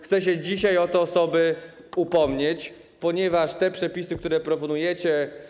Chcę się dzisiaj o te osoby upomnieć, ponieważ te przepisy, które proponujecie.